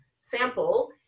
sample